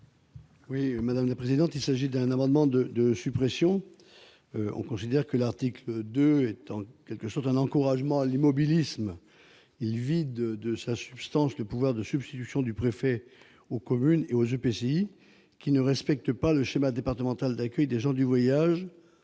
l'amendement n° 22. Il s'agit d'un amendement de suppression. Nous considérons que l'article 2 est un encouragement à l'immobilisme. Il vide de sa substance le pouvoir de substitution du préfet aux communes et aux EPCI qui ne respectent pas le schéma départemental d'accueil des gens du voyage